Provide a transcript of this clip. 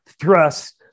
thrust